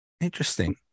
Interesting